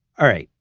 alright,